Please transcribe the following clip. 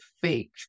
fake